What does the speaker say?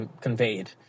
conveyed